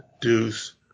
deuce